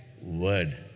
word